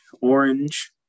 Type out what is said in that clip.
orange